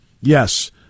Yes